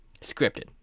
Scripted